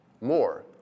more